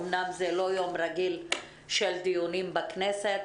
אומנם זה לא יום רגיל של דיונים בכנסת,